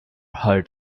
heart